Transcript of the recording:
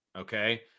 Okay